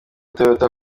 toyota